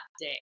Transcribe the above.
day